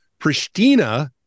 Pristina